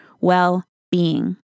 well-being